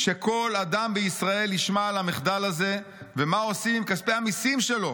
שכל אדם בישראל ישמע על המחדל הזה ומה עושים עם כספי המיסים שלו.